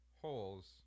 holes